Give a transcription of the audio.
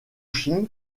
shin